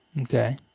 Okay